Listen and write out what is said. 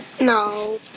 No